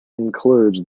includes